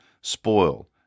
spoil